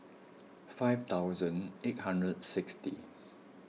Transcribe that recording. five thousand eight hundred sixty